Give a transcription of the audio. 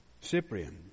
Cyprian